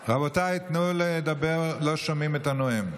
רבותיי, תנו לדבר, לא שומעים את הנואם.